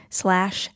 slash